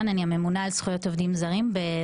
שאמונה על הזכויות של העובדים הזרים.